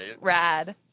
rad